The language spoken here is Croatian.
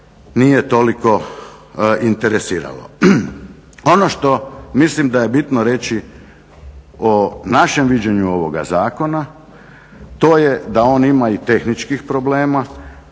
nije toliko interesiralo. Ono što mislim da je bitno reći o našem viđenju ovoga zakona, to je da on ima i tehničkih problema,